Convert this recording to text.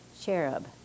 cherub